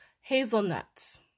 hazelnuts